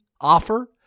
offer